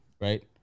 right